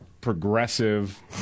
progressive